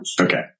Okay